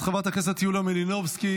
חברת הכנסת יוליה מלינובסקי,